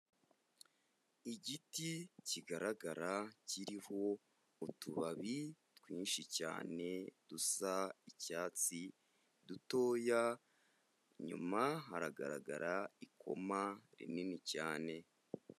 Igiti kigaragara kiriho utubabi twinshi cyane dusa icyatsi dutoya, inyuma haragaragara ikoma rinini cyane.